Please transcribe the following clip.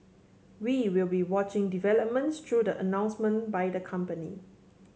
we will be watching developments through the announcement by the company